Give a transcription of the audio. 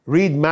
Read